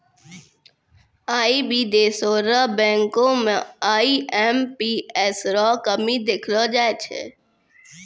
आई भी देशो र बैंको म आई.एम.पी.एस रो कमी देखलो जाय छै